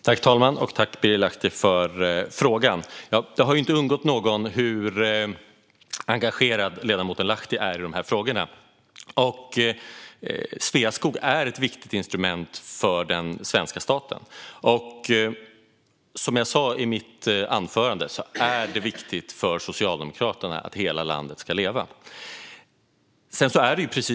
Herr talman! Tack, Birger Lahti, för frågan! Det har inte undgått någon hur engagerad ledamoten Lahti är i de här frågorna. Sveaskog är ett viktigt instrument för den svenska staten, och som jag sa i mitt anförande är det viktigt för Socialdemokraterna att hela landet ska leva.